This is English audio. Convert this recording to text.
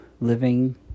living